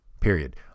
period